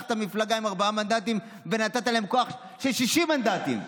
לקחת מפלגה עם ארבעה מנדטים ונתת להם כוח של 60 מנדטים?